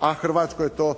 a Hrvatskoj to